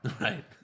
Right